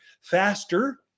faster